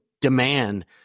demand